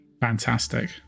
Fantastic